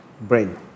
brain